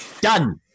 Done